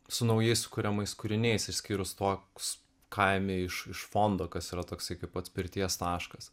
su naujai sukuriamais kūriniais išskyrus toks ką imi iš iš fondo kas yra toksai kaip atspirties taškas